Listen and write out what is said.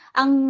ang